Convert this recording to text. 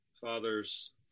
father's